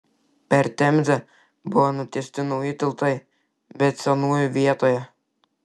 per temzę buvo nutiesti nauji tiltai bet senųjų vietoje